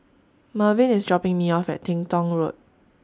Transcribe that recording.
Mervin IS dropping Me off At Teng Tong Road